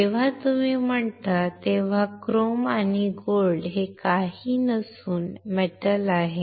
जेव्हा तुम्ही म्हणता तेव्हा क्रोम आणि गोल्ड हे काहीही नसून मेटल आहेत